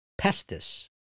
pestis